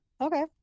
Okay